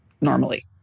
normally